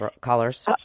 colors